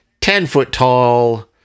ten-foot-tall